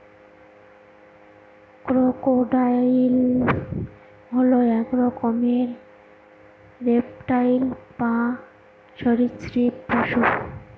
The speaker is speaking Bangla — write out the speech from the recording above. ক্রোকোডাইল হল এক রকমের রেপ্টাইল বা সরীসৃপ পশু